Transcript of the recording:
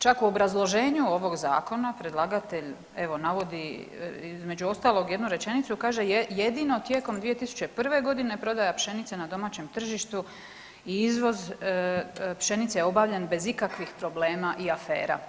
Čak u obrazloženju ovog Zakona, predlagatelj evo, navodi između ostalog, jednu rečenicu, kaže jedino tijekom 2001. g. prodaja pšenice na domaćem tržištu i izvoz pšenice je obavljen bez ikakvih problema i afera.